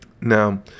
Now